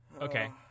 Okay